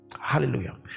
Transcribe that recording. Hallelujah